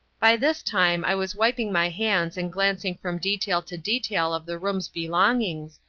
by this time i was wiping my hands and glancing from detail to detail of the room's belongings,